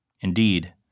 Indeed